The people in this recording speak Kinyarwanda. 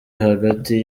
hagati